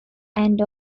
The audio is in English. and